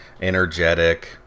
energetic